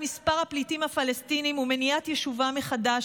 מספר הפליטים הפלסטינים ומניעת יישובם מחדש,